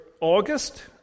August